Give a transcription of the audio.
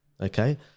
Okay